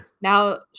Now